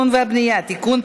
(תיקון,